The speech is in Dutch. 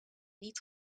niet